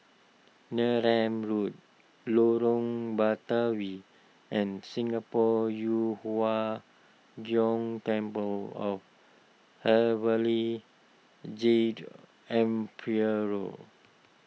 Neram Road Lorong Batawi and Singapore Yu Huang Gong Temple of Heavenly Jade Emperor